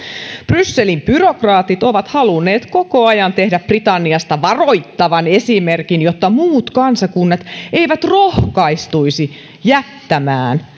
brysselin byrokraatit ovat halunneet koko ajan tehdä britanniasta varoittavan esimerkin jotta muut kansakunnat eivät rohkaistuisi jättämään